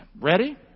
Ready